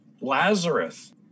Lazarus